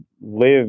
live